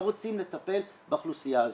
לא רוצים לטפל באוכלוסייה הזאת.